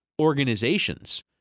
organizations